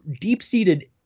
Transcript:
deep-seated